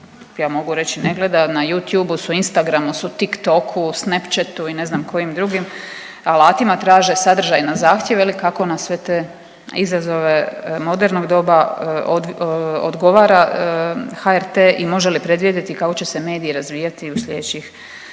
ja mogu reći ne gleda. Na Youtube su, Instragramu su, Tiktoku, Snapchetu i ne znam kojim drugim alatima traže sadržaj na zahtjev je li. Kako na sve te izazove modernog doba odgovara HRT i može li predvidjeti kako će se mediji razvijati u slijedećih